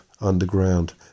underground